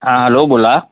हां हॅलो बोला